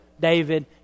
David